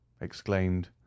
exclaimed